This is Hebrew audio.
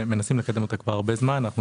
מנסים לקדם אותה כבר הרבה זמן ואנחנו